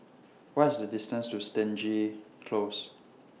What IS The distance to Stangee Close